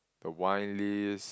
the wine list